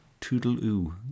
toodle-oo